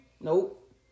Nope